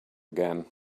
again